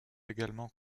également